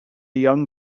young